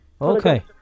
Okay